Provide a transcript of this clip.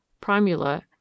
Primula